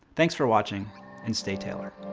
thanks for watching and stay tailored.